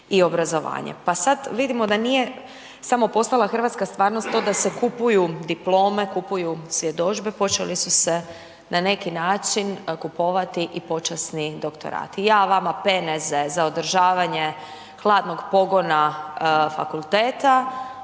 i obrazovanje. Pa sad vidimo da nije samo postala hrvatska stvarnost to da se kupuju diplome, kupuju svjedodžbe, počeli su se na neki način kupovati i počasni doktorati, ja vama peneze za održavanje hladnog pogona fakulteta,